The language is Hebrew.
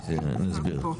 בשביל שנסביר.